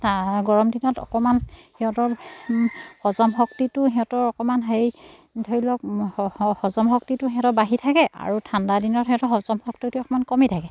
গৰম দিনত অকণমান সিহঁতৰ হজম শক্তিটো সিহঁতৰ অকণমান হেৰি ধৰি লওক হজম শক্তিটো সিহঁতৰ বাঢ়ি থাকে আৰু ঠাণ্ডা দিনত সিহঁতৰ হজম শক্তিটো অকণমান কমি থাকে